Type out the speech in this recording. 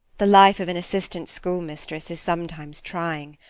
the life of an assistant schoolmistress is sometimes trying.